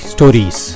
Stories